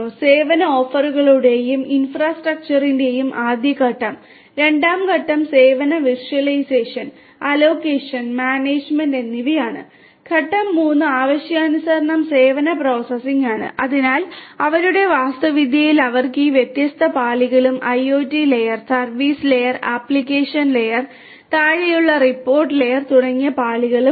സേവന ഓഫറുകളുടെയും ഇൻഫ്രാസ്ട്രക്ചറിന്റെയും ആദ്യ ഘട്ടം രണ്ടാം ഘട്ടം സേവനങ്ങളുടെ വിർച്ച്വലൈസേഷൻ ആപ്ലിക്കേഷൻ ലെയർ താഴെയുള്ള സപ്പോർട്ട് ലെയർ തുടങ്ങിയ പാളികളും ഉണ്ട്